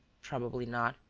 probably not,